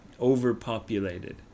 overpopulated